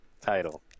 title